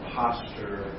posture